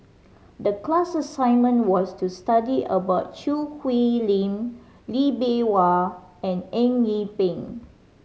the class assignment was to study about Choo Hwee Lim Lee Bee Wah and Eng Yee Peng